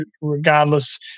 regardless